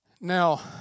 Now